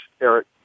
eric